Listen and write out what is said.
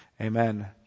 Amen